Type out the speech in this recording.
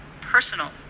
personal